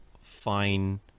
fine